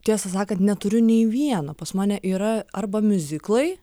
tiesą sakant neturiu nei vieno pas mane yra arba miuziklai